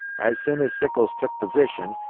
as soon as sickles took position,